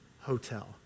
hotel